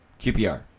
QPR